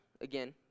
again